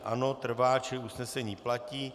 Ano, trvá, čili usnesení platí.